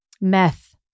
Meth